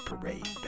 parade